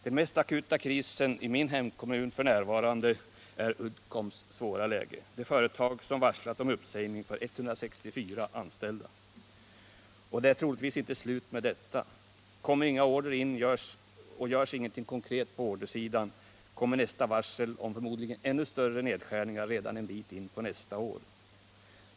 Den mest akuta krisen i min hemkommun f. n. är det svåra läget för Uddcomb — det företag som nu varslat om uppsägning för 164 anställda. Det är troligtvis inte slut med detta. Kommer inga order in och görs ingenting konkret på ordersidan kommer nästa varsel om förmodligen ännu större nedskärningar redan en bit in på nästa år.